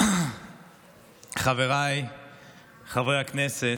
חבריי חברי הכנסת,